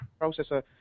processor